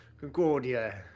Concordia